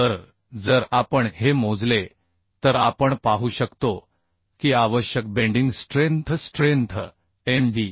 तर जर आपण हे मोजले तर आपण पाहू शकतो की आवश्यक bending strength strength M D